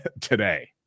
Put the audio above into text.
today